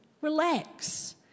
Relax